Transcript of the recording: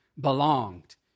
belonged